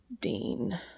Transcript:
Dean